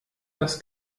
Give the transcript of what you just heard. das